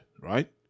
Right